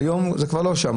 היום זה כבר לא שם,